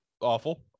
awful